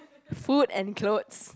food and clothes